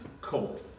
cool